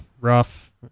rough